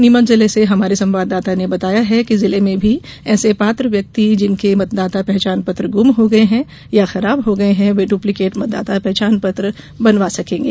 नीमच जिले से हमारे संवाददाता ने बताया है कि जिले में भी ऐसे पात्र व्यक्ति जिनके मतदाता पहचान पत्र गुम हो गये है या खराब हो गये है वे डुप्लीकेट मतदाता पहचान पत्र बनवा सकेंगे